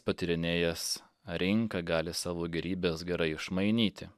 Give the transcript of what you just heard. patyrinėjęs rinką gali savo gėrybes gerai išmainyti